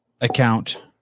Account